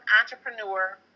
entrepreneur